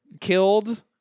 killed